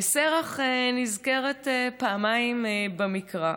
שרח נזכרת פעמיים במקרא,